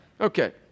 Okay